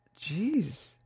Jeez